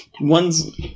One's